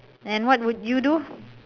and what would you do